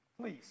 please